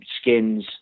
skins